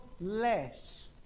less